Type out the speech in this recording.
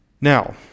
Now